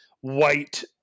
white